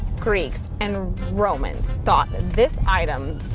greeks and romans thought this item.